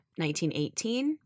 1918